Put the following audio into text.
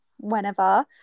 whenever